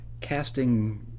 Casting